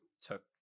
took